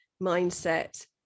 mindset